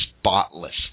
spotless